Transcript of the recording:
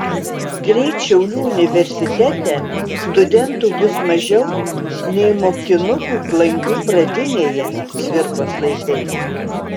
greit šiaulių universitete studentų bus mažiau nei mokinukų klangių pradinėje cvirkos laikais